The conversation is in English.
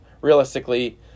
realistically